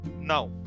Now